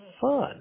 fun